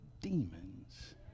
demons